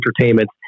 entertainment